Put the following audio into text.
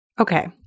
Okay